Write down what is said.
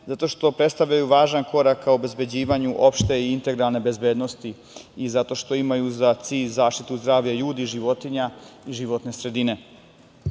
zato što predstavljaju važan korak ka obezbeđivanju opšte i integralne bezbednosti i zato što imaju za cilj zaštitu zdravlja ljudi i životinja i životne sredine. Opšta